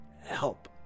Help